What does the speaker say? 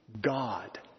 God